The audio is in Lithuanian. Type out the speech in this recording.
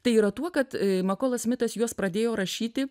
tai yra tuo kad makolas smitas juos pradėjo rašyti